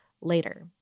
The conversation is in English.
later